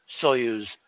Soyuz